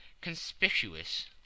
conspicuous